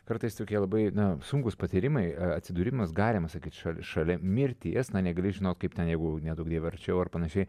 kartais tokie labai sunkūs patyrimai atsidūrimas galima sakyti šali šalia mirties na negali žinot kaip ten jeigu neduok dieve arčiau ar panašiai